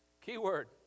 keyword